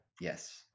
yes